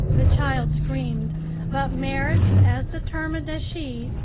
the child screamed but merrit, as determined as she,